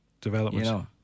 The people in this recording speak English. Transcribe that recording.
development